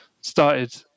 started